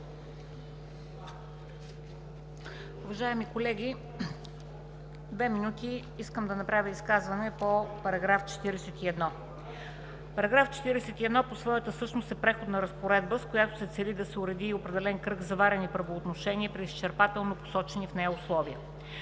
Уважаеми колеги, две минути искам да направя изказване по § 41. Параграф 41 по своята същност е преходна разпоредба, с която се цели да се уреди определен кръг заварени правоотношения, при изчерпателно посочени в нея условия.